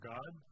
God